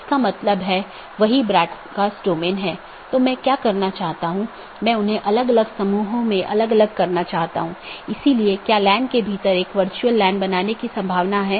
क्योंकि प्राप्त करने वाला स्पीकर मान लेता है कि पूर्ण जाली IBGP सत्र स्थापित हो चुका है यह अन्य BGP साथियों के लिए अपडेट का प्रचार नहीं करता है